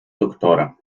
doktora